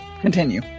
Continue